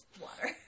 Water